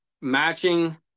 matching